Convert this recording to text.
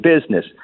business